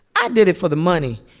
i did it for the money,